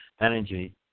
energy